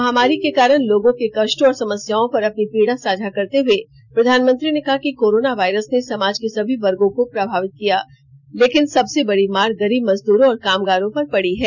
महामारी के कारण लोगों के कष्टों और समस्याओं पर अपनी पीड़ा साझा करते हुए प्रधानमंत्री ने कहा कि कोरोना वायरस ने समाज के सभी वर्गो को प्रभावित किया लेकिन सबसे बडी मार गरीब मजदूरों और कामगारों पर पड़ी है